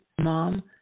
Mom